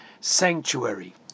sanctuary